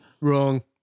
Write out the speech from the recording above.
wrong